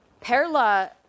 Perla